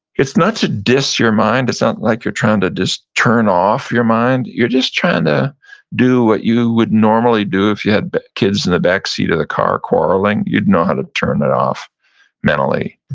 it's not to diss your mind. it's not like you're trying to just turn off your mind. you're just trying to do what you would normally do if you had kids in the back seat of the car quarreling, you'd know how to turn it off mentally.